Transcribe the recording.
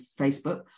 Facebook